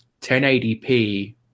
1080p